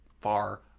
far